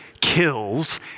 kills